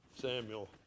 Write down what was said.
Samuel